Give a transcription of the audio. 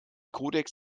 kodex